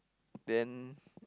then